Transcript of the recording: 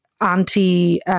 anti